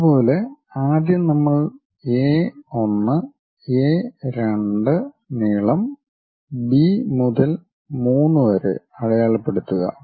അതുപോലെ ആദ്യം നമ്മൾ എ 1 എ 2 നീളം ബി മുതൽ 3 വരെ അടയാളപ്പെടുത്തുക